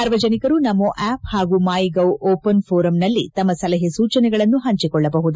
ಸಾರ್ವಜನಿಕರು ನಮೋ ಆಪ್ ಹಾಗೂ my gov open ಫೋರಂನಲ್ಲಿ ತಮ್ನ ಸಲಹೆ ಸೂಚನೆಗಳನ್ನು ಹಂಚಿಕೊಳ್ಳಬಹುದು